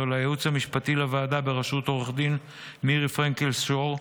ולייעוץ המשפטי לוועדה בראשות עו"ד מירי פרנקל שור,